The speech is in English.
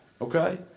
okay